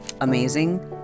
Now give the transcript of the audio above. amazing